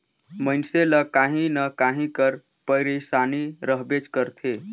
मइनसे ल काहीं न काहीं कर पइरसानी रहबेच करथे